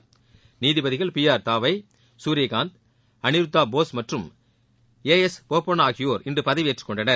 B நீதிபதிகள் R Gavai Surya Kant Aniruddha Bose மற்றும் A S Bopanna ஆகியோர் இன்று பதவியேற்றுக் கொண்டனர்